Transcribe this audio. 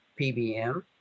PBM